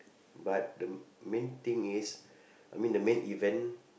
but the main thing is I mean the main event